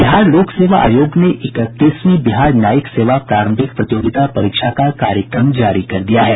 बिहार लोक सेवा आयोग ने इकतीसवीं बिहार न्यायिक सेवा प्रारंभिक प्रतियोगिता परीक्षा का कार्यक्रम जारी कर दिया है